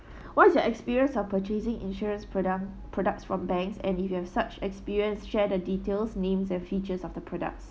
what is your experience or purchasing insurance product products from bank and if you have such experience share the details names and features of the products